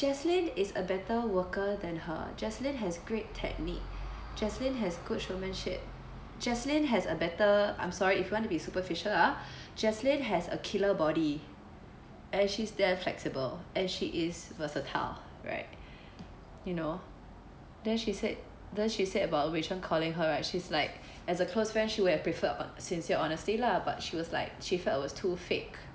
jaslyn is a better worker than her jaslyn has great technique jaslyn has good showmanship jaslyn has a better I'm sorry if you want to be superficial lah jaslyn has a killer body and she's damn flexible and she is versatile right you know then she said then she said about wei cheng calling her right she's like as a close friend she would prefer a sincere honesty lah but she was like she felt it was too fake